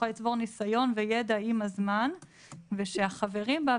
לצבור ניסיון וידע עם הזמן ושהחברים בה,